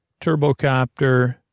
Turbocopter